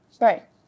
Right